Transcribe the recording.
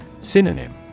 Synonym